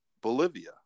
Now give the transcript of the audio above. Bolivia